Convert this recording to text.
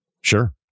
Sure